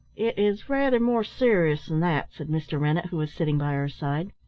it is rather more serious than that, said mr. rennett, who was sitting by her side.